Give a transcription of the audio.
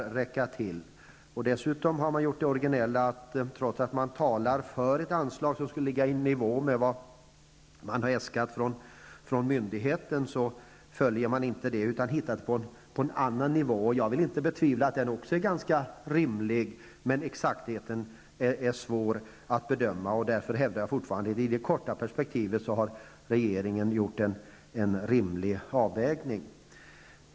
Dessutom har man gjort det originella att trots att man talar för ett anslag som skulle ligga i nivå med vad myndigheten har äskat följer man inte det utan hittar på en annan nivå. Jag vill inte betvivla att den också är ganska rimlig, men exaktheten är svår att bedöma. Jag hävdar därför fortfarande att i det korta perspektivet har regeringen gjort en rimlig avvägning.